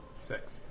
Six